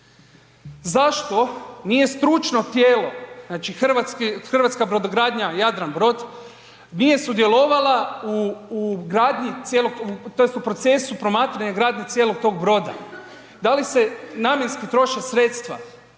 Zašto nije stručno tijelo, znači Hrvatska brodogradnja-Jadranbrod, nije sudjelovala u gradnji tj. u procesu promatranja gradnje cijelog tog broda? Da li se namjenski troše sredstva?